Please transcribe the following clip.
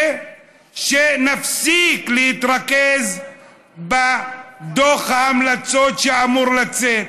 שנפסיק להתרכז בדוח ההמלצות שאמור לצאת.